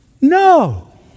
No